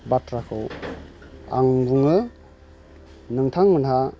बाथ्राखौ आं बुङो नोंथांमोनहा